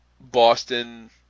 Boston